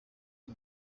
iki